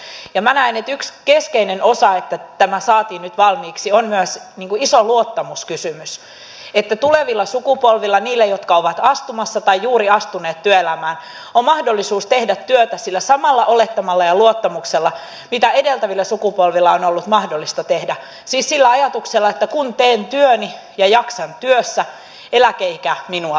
minä näen että yksi keskeinen osa että tämä saatiin nyt valmiiksi on myös iso luottamuskysymys että tulevilla sukupolvilla niillä jotka ovat astumassa tai juuri astuneet työelämään on mahdollisuus tehdä työtä sillä samalla olettamalla ja luottamuksella millä edeltävillä sukupolvilla on ollut mahdollista tehdä siis sillä ajatuksella että kun teen työni ja jaksan työssä eläkeikä minua odottaa